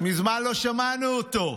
מזמן לא שמענו אותו: